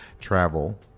travel